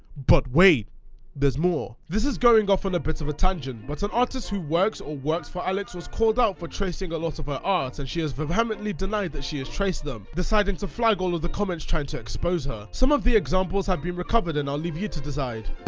but wait there's more. this is going off on a bit of a tangent, but an artist who works or worked for alex was called out for tracing a lot of her art and she has vehemently denied that she has traced them, deciding to flag all of the comments trying to expose her. some examples have been recovered and i'll leave you to decide,